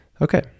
Okay